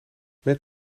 met